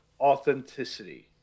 authenticity